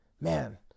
man